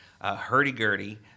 hurdy-gurdy